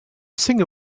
singer